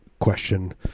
question